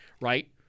right